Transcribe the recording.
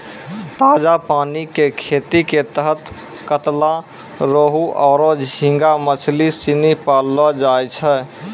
ताजा पानी कॅ खेती के तहत कतला, रोहूआरो झींगा मछली सिनी पाललौ जाय छै